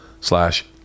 slash